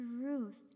truth